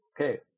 Okay